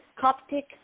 Coptic